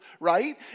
right